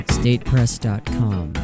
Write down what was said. statepress.com